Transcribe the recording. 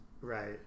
Right